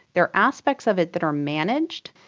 there are aspects of it that are managed,